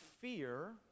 fear